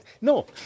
No